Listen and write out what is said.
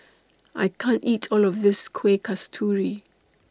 I can't eat All of This Kuih Kasturi